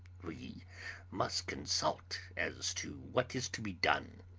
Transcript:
we must consult as to what is to be done,